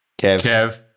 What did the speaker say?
Kev